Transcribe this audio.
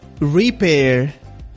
repair